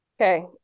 Okay